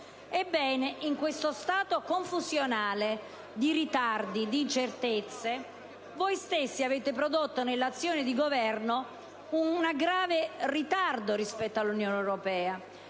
Ebbene, in questo stato confusionale di ritardi e di incertezze, avete prodotto nell'azione di Governo un grave ritardo rispetto all'Unione europea,